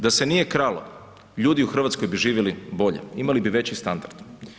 Da se nije kralo, ljudi u Hrvatskoj bi živjeli bolje, imali bi veći standard.